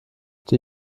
die